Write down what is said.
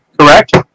Correct